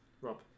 Rob